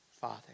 Father